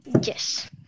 Yes